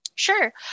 Sure